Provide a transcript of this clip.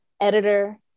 editor